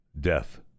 death